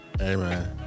Amen